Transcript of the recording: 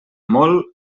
molt